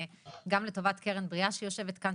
גם לטובת "קרן בריאה" שיושבת כאן,